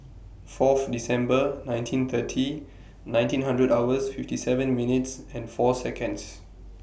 Fourth December nineteen thirty nineteen hours fifty seven minutes and four Seconds